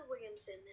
Williamson